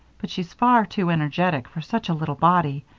but she's far too energetic for such a little body.